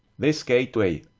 this gateway,